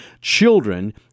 children